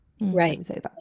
Right